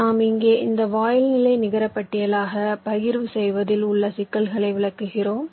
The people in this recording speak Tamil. நாம் இங்கே இந்த வாயில் நிலை நிகரபட்டியலாக பகிர்வு செய்வதில் உள்ள சிக்கலை விளக்குகிறோம்